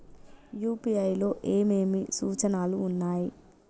UPI లో ఏమేమి సూచనలు ఉన్నాయి?